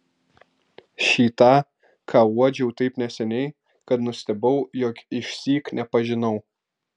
šį tą ką uodžiau taip neseniai kad nustebau jog išsyk nepažinau